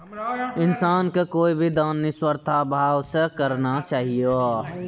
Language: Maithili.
इंसान के कोय भी दान निस्वार्थ भाव से करना चाहियो